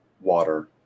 water